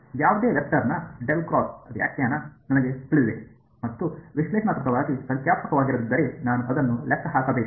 ಯಾವುದೇ ವೆಕ್ಟರ್ನ ವ್ಯಾಖ್ಯಾನ ನನಗೆ ತಿಳಿದಿದೆ ಮತ್ತು ವಿಶ್ಲೇಷಣಾತ್ಮಕವಾಗಿ ಸಂಖ್ಯಾತ್ಮಕವಾಗಿರದಿದ್ದರೆ ನಾನು ಅದನ್ನು ಲೆಕ್ಕ ಹಾಕಬೇಕು